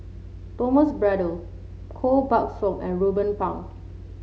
Thomas Braddell Koh Buck Song and Ruben Pang